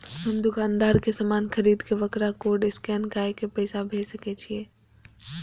हम दुकानदार के समान खरीद के वकरा कोड स्कैन काय के पैसा भेज सके छिए?